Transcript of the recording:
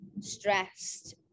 stressed